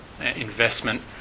investment